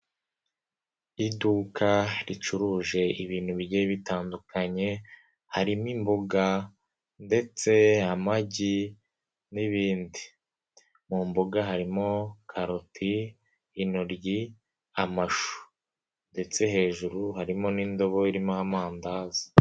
Iduka ricuruje ibintu bigiye bitandukanye harimo imboga ndetse amagi n'ibindi mu mboga harimo karoti intoryi amashu ndetse hejuru harimo n'indobo irimo amandazi.